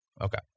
Okay